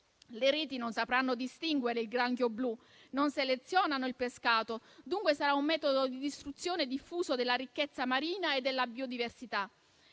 Le reti non sapranno distinguere il granchio blu. Non selezionano il pescato. Dunque, sarà un metodo di distruzione diffuso della ricchezza marina e della biodiversità.